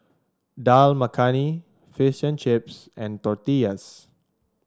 Dal Makhani Fish and Chips and Tortillas